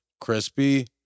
Crispy